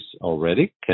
already